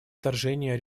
вторжения